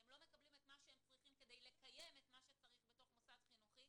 הם לא מקבלים את מה שהם צריכים כדי לקיים את מה שצריך בתוך מוסד חינוכי,